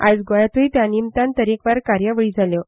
आयज गोंयांतूय ते निमतान तरेकवार कार्यावळी जाल्यो